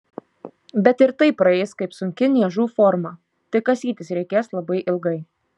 bet ir tai praeis kaip sunki niežų forma tik kasytis reikės labai ilgai